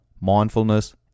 mindfulness